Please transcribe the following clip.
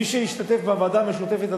מי שהשתתף בוועדה המשותפת,